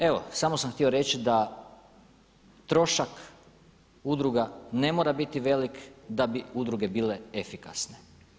Evo samo sam htio reći da trošak udruga ne mora biti velik da bi udruge bile efikasne.